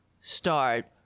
start